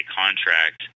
contract